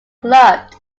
clubbed